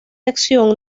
acción